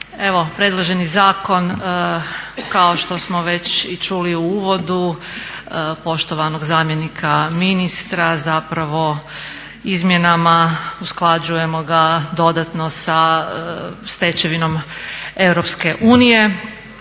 Evo predloženi zakon kao što smo već i čuli u uvodu poštovanog zamjenika ministra zapravo izmjenama usklađujemo ga dodatno sa stečevinom EU. Više